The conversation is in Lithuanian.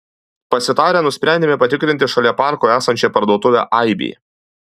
pasitarę nusprendėme patikrinti šalia parko esančią parduotuvę aibė